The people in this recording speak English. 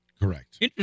Correct